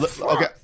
Okay